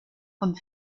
von